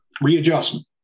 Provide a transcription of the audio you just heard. readjustment